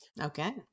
Okay